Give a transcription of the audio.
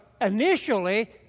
initially